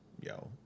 yo